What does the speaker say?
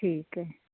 ਠੀਕ ਹੈ